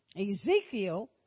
Ezekiel